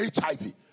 HIV